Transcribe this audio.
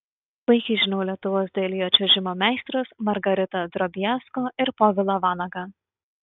puikiai žinau lietuvos dailiojo čiuožimo meistrus margaritą drobiazko ir povilą vanagą